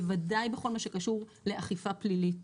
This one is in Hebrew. בוודאי בכל מה שקשור לאכיפה פלילית.